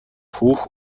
hoch